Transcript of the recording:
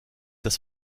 das